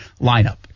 lineup